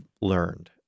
learned